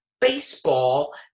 baseball